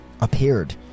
appeared